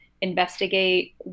investigate